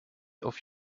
auf